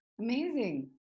Amazing